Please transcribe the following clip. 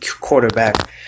quarterback